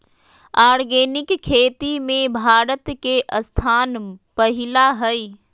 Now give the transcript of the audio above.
organic खेती में भारत के स्थान पहिला हइ